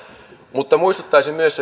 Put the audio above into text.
mutta muistuttaisin myös